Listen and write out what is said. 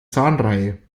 zahnreihe